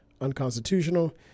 unconstitutional